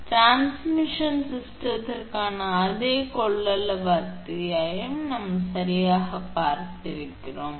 transmission சிஸ்டத்திற்கான அதே கொள்ளளவு அத்தியாயம் நாம் சரியாக பார்த்திருக்கிறோம்